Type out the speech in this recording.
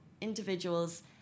individuals